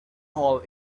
all